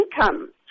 income